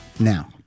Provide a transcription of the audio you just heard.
Now